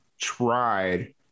tried